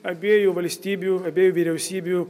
abiejų valstybių abiejų vyriausybių